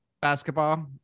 basketball